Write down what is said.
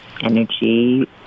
energy